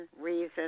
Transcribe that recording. Reason